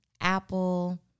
Apple